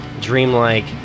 dreamlike